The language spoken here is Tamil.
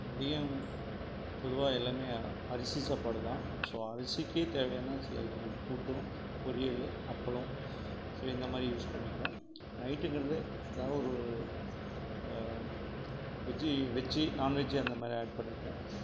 மதியம் பொதுவாக எல்லாமே அரிசி சாப்பாடு தான் ஸோ அரிசிக்கு தேவையான சிலது ஒரு கூட்டும் பொரியல் அப்பளம் ஸோ இந்த மாதிரி யூஸ் பண்ணிப்போம் நைட்டுங்கிறது எதாவது ஒரு வெஜ்ஜி வெஜ்ஜி நாண்வெஜ்ஜு அந்த மாதிரி ஆட் பண்ணிக்குவோம்